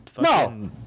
no